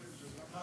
טוב.